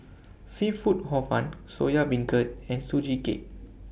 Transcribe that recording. Seafood Hor Fun Soya Beancurd and Sugee Cake